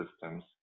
systems